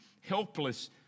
helpless